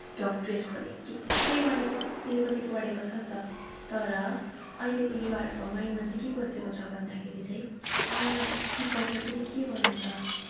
doctorate गर्ने के के गर्ने कति हो कति पढेको छ छ तर अहिलेको युवाहरूको माइन्डमा चाहिँ के बसेको छ भन्दाखेरि चाहिँ आ म जति पढेर पनि के गर्नु त